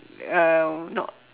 uh not